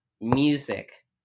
music